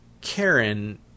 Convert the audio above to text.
Karen